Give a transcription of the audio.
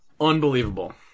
unbelievable